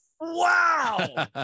wow